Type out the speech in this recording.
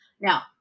Now